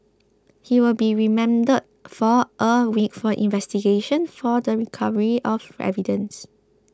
he will be remanded for a week for investigation for the recovery of evidence